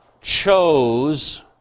chose